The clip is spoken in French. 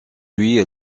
lui